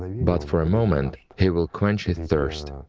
but for a moment he will quench his thirst.